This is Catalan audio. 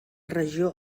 regió